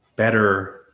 better